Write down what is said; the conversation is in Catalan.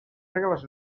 regles